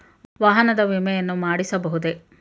ವಾಹನದ ವಿಮೆಯನ್ನು ಮಾಡಿಸಬಹುದೇ?